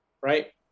right